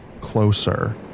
Closer